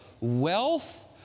wealth